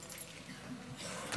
בבקשה, גברתי, עד עשר דקות לרשותך.